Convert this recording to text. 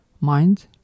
mind